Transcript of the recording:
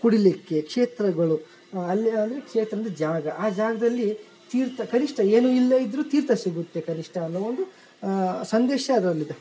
ಕುಡಿಲಿಕ್ಕೆ ಕ್ಷೇತ್ರಗಳು ಅಲ್ಲಿಯ ಅಂದ್ರೆ ಕ್ಷೇತ್ರಾಂದರೆ ಜಾಗ ಆ ಜಾಗದಲ್ಲಿ ತೀರ್ಥ ಕನಿಷ್ಠ ಏನು ಇಲ್ಲದೆ ಇದ್ರು ತೀರ್ಥ ಸಿಗುತ್ತೆ ಕನಿಷ್ಠ ಅನ್ನುವೊಂದು ಸಂದೇಶ ಅದರಲ್ಲಿದೆ